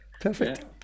Perfect